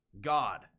God